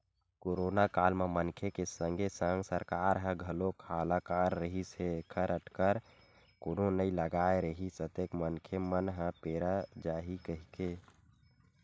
करोनो काल म मनखे के संगे संग सरकार ह घलोक हलाकान रिहिस हे ऐखर अटकर कोनो नइ लगाय रिहिस अतेक मनखे मन ह पेरा जाही कहिके